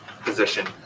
position